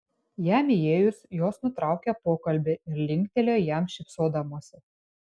jam įėjus jos nutraukė pokalbį ir linktelėjo jam šypsodamosi